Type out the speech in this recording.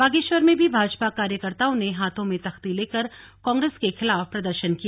बागेश्वर में भी भाजपा कार्यकर्ताओं ने हाथों में तख्ती लेकर कांग्रेस के खिलाफ प्रदर्शन किया